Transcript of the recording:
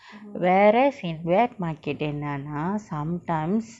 whereas in wet market என்னான்னா:ennaanaa sometimes